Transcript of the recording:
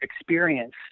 experience